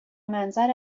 منظر